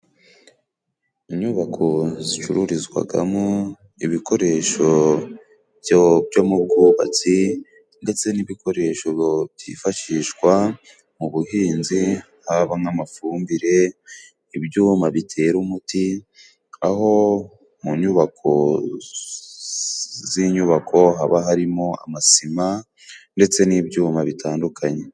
Inyubako zicururizwagamo ibikoresho byo byo mu bwubatsi, ndetse n'ibikoresho byifashishwa mu buhinzi. Haba nk'amafumbire, ibyuma bitera umuti, aho mu nyubako z'inyubako haba harimo amasima ndetse n'ibyuma bitandukanye.